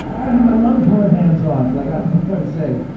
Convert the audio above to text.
i don't have my lung-pulling hands on, like i don't know what i would say.